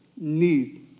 need